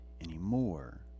anymore